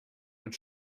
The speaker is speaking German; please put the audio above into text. mit